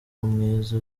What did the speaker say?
mwiza